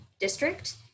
district